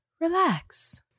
relax